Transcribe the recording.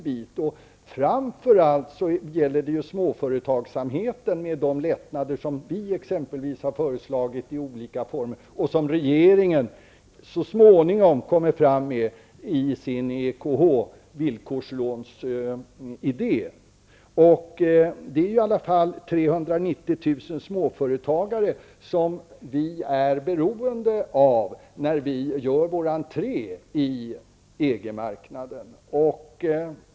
Det gäller framför allt småföretagsamheten och de lättnader som vi i Ny demokrati har föreslagit och som regeringen så småningom kommer att lägga fram förslag om när det gäller EKH-villkorslån. Vi är ändå beroende av 390 000 småföretagare när vi gör vår entré på EG-marknaden.